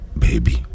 baby